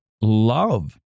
love